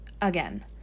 again